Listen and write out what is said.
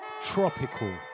Tropical